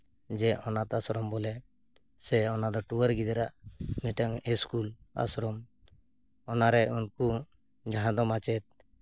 ᱡᱮ ᱚᱱᱟᱛᱷ ᱟᱥᱨᱚᱢ ᱵᱚᱞᱮ ᱥᱮ ᱚᱱᱟᱫᱚ ᱴᱩᱣᱟᱹᱨ ᱜᱤᱫᱽᱨᱟᱹᱣᱟᱜ ᱢᱤᱫᱴᱟᱝ ᱤᱥᱠᱩᱞ ᱟᱥᱨᱚᱢ ᱚᱱᱟᱨᱮ ᱩᱱᱠᱩ ᱡᱟᱦᱟᱸᱭ ᱫᱚ ᱢᱟᱪᱮᱫ